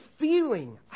feeling